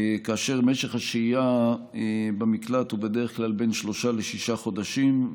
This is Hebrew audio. כאשר משך השהייה במקלט הוא בדרך כלל בין שלושה לשישה חודשים,